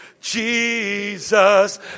Jesus